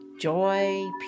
joy